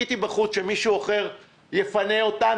חיכיתי בחוץ שמישהו אחר יפנה אותה.